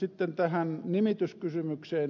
sitten tähän nimityskysymykseen